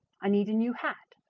i need a new hat,